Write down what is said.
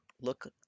look